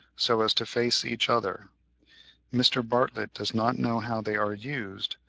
so as to face each other mr. bartlett does not know how they are used,